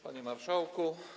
Panie Marszałku!